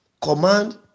command